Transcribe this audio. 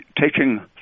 taking